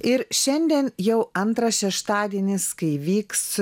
ir šiandien jau antras šeštadienis kai vyks